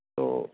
تو